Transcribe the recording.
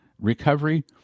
recovery